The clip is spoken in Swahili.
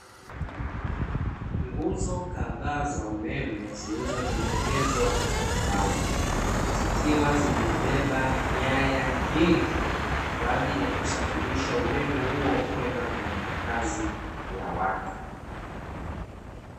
Nguzo kadhaa za umeme, zilizo tengenezwa kwa mbao. Zikiwa zimebeba nyaya nyingi kwa ajili ya kusafirisha umeme huo kwenda kwenye makazi ya watu.